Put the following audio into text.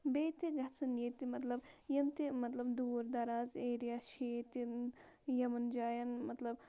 بیٚیہِ تہِ گَژھَن ییٚتہِ مطلب یِم تہِ مطلب دوٗر دَراز ایریا چھِ ییٚتہِ یِمَن جایَن مطلب